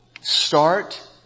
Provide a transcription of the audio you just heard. Start